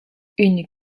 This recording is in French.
une